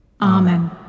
Amen